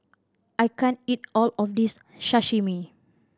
I can't eat all of this Sashimi